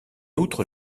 outre